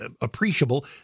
appreciable